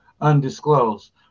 undisclosed